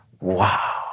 Wow